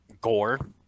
gore